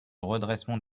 redressement